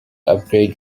upgrade